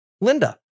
Linda